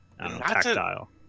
tactile